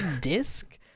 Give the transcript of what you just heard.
disc